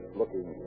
looking